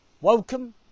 Welcome